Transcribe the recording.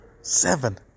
Seven